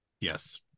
Yes